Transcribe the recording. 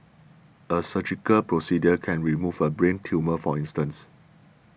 a surgical procedure can remove a brain tumour for instance